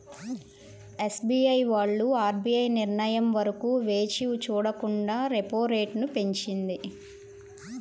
SBI వాళ్ళు RBI నిర్ణయం వరకు వేచి చూడకుండా రెపో రేటును పెంచింది